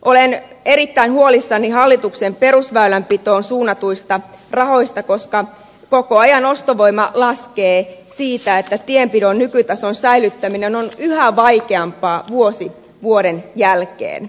olen erittäin huolissani hallituksen perusväylänpitoon suuntaamista rahoista koska koko ajan ostovoima laskee siitä että tienpidon nykytason säilyttäminen on yhä vaikeampaa vuosi vuoden jälkeen